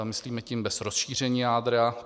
Myslíme tím bez rozšíření jádra.